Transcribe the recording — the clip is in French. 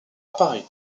paris